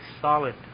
solid